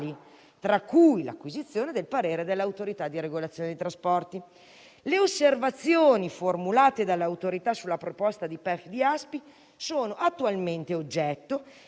tra cui l'acquisizione del parere dell'Autorità di regolazione dei trasporti. Le osservazioni formulate dall'Autorità sulla proposta di PEF di Aspi sono attualmente oggetto